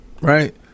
right